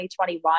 2021